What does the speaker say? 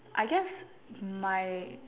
I guess my